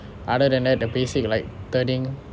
other than that the basic like turning